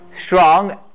strong